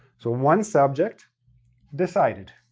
so one subject decided.